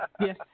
Yes